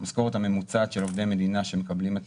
המשכורת הממוצעת של עובדי מדינה שמקבלים את